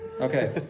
Okay